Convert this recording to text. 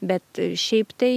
bet šiaip tai